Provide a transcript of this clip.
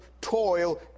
toil